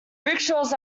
rickshaws